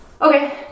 Okay